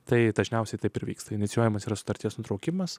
tai dažniausiai taip ir vyksta inicijuojamas yra sutarties nutraukimas